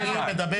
לדבר.